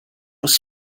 was